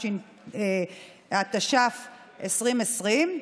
התש"ף 2020,